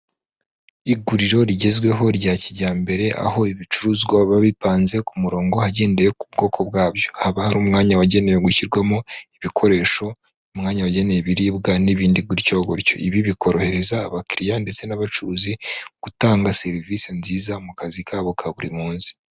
Iguriro rigezweho rya kijyambere aho ibicuruzwa biba bipanze ku murongo ahagendewe ku bwoko bwabyo, haba hari umwanya wagenewe gushyirwamo ibikoresho, umwanya wagenewe ibiribwa n'ibindi gutyo gutyo, ibi bikorohereza abakiriya ndetse n'abacuruzi gutanga serivisi nziza mu kazi kabo ka buri munsi.